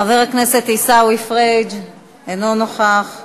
חבר הכנסת עיסאווי פריג' אינו נוכח,